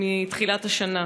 נפטרו מתחילת השנה.